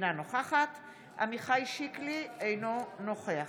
אינה נוכחת עמיחי שיקלי, אינו נוכח